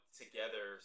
together